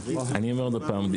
עוד פעם,